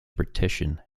partition